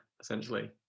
essentially